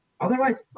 Otherwise